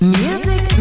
music